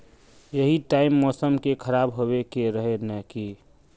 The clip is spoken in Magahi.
यही टाइम मौसम के खराब होबे के रहे नय की?